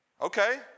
Okay